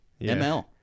ML